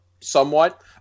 somewhat